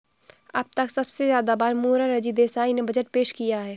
अब तक सबसे ज्यादा बार मोरार जी देसाई ने बजट पेश किया है